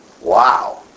wow